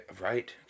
Right